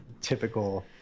typical